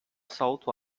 salto